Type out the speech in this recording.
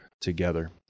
together